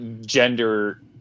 gender